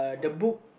the book